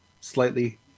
slightly